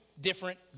different